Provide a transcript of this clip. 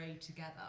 together